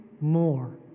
more